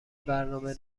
برنامه